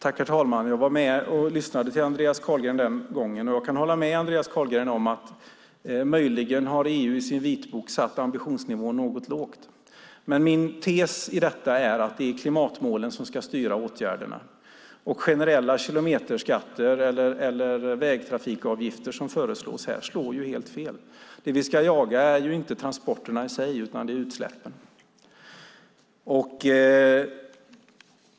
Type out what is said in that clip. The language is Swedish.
Herr talman! Jag var med och lyssnade på Andreas Carlgren den gången, och jag kan hålla med Andreas Carlgren om att EU i sin vitbok möjligen har satt sin ambitionsnivå något lågt. Min tes i detta är dock att det är klimatmålen som ska styra åtgärderna. Generella kilometerskatter eller vägtrafikavgifter, som föreslås här, slår helt fel. Det vi ska jaga är inte transporterna i sig, utan utsläppen.